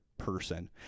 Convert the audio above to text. person